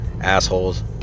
Assholes